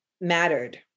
mattered